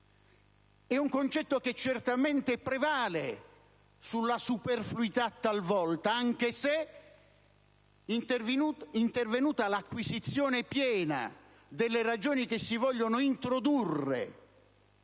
è un concetto che certamente prevale sulla superfluità, talvolta, anche se, intervenuta l'acquisizione piena delle ragioni che si vogliono introdurre